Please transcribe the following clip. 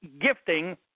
gifting